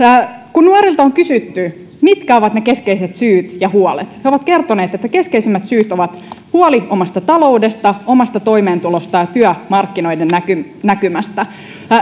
kun nuorilta on kysytty mitkä ovat ne keskeiset syyt ja huolet he ovat kertoneet että keskeisimmät syyt ovat huolet omasta taloudesta omasta toimeentulosta ja työmarkkinoiden näkymästä